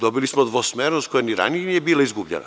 Dobili smo dvosmernost koja ni ranije nije bila izgubljena.